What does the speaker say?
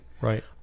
Right